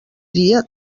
dia